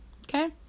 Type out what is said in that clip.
Okay